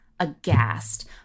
aghast